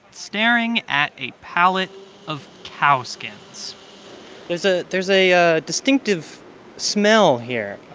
staring at a pallet of cow skins there's ah there's a a distinctive smell here.